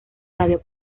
radio